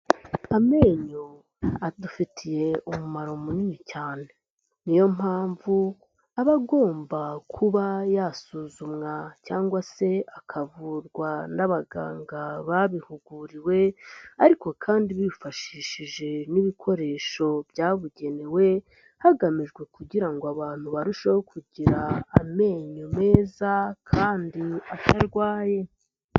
Amenyo adufitiye umumaro munini cyane. Niyo mpamvu aba agomba kuba yasuzumwa cyangwa se akavurwa n'abaganga babihuguriwe, ariko kandi bifashishije n'ibikoresho byabugenewe, hagamijwe kugira ngo abantu barusheho kugira amenyo meza kandi atarwaye.